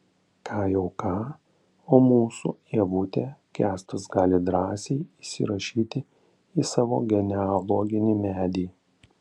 ką jau ką o mūsų ievutę kęstas gali drąsiai įsirašyti į savo genealoginį medį